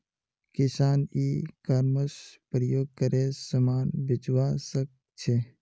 किसान e commerce प्रयोग करे समान बेचवा सकछे